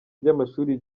ry’amashuri